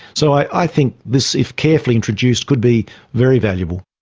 so i think this, if carefully introduced, could be very valuable.